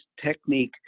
technique